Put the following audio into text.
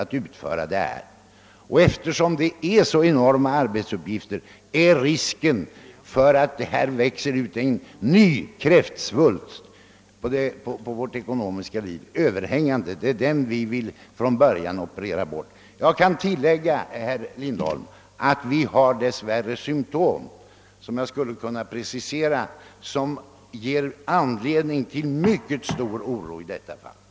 Eftersom arbetsuppgifterna är så enorma, finns det överhängande risk för att här växer ut en ny kräftsvulst på vårt ekonomiska liv, och den risken vill vi från början eliminera. Jag kan tillägga, herr Lindholm, att det tyvärr finns symtom — jag skulle kunna precisera dem — som ger anledning till mycket stor oro i detta avseende.